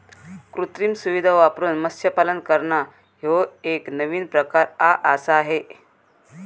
कृत्रिम सुविधां वापरून मत्स्यपालन करना ह्यो एक नवीन प्रकार आआसा हे